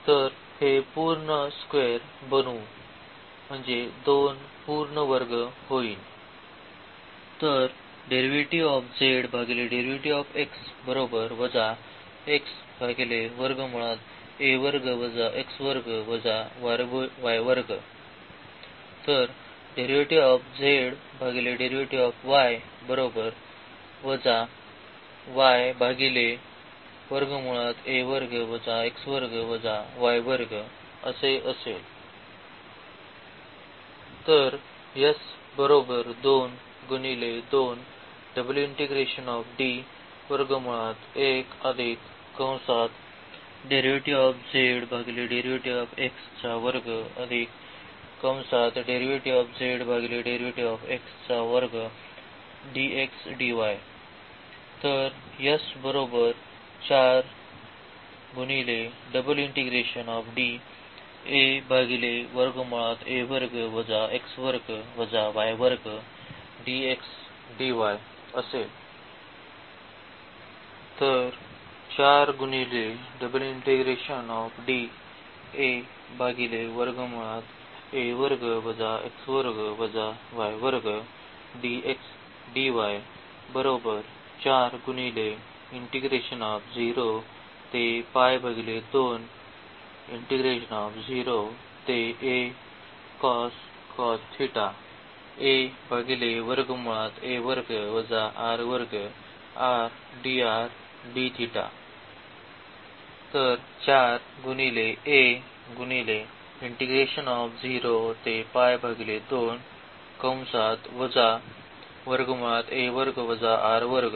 तर हे पूर्ण स्क्वेअर बनवू म्हणजे दोन पूर्ण वर्ग